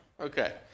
Okay